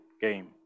game